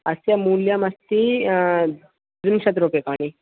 अस्य मूल्यं अस्ति त्रिंशत् रूप्यकाणि